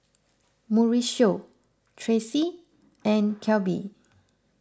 Mauricio Tracy and Kelby